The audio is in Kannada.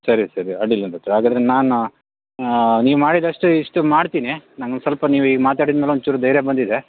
ಸರಿ ಸರಿ ಅಡ್ಡಿಯಿಲ್ಲ ಡಾಕ್ಟ್ರೆ ಹಾಗಾದರೆ ನಾನು ನೀವು ಮಾಡಿದಷ್ಟು ಇಷ್ಟು ಮಾಡ್ತೀನಿ ನಂಗೆ ಒಂದು ಸ್ವಲ್ಪ ನೀವು ಈ ಮಾತಾಡಿದ ಮೇಲೆ ಒಂಚೂರು ಧೈರ್ಯ ಬಂದಿದೆ